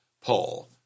Paul